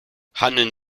handeln